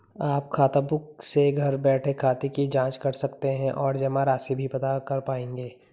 आप खाताबुक से घर बैठे खाते की जांच कर सकते हैं और जमा राशि भी पता कर पाएंगे